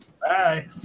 Bye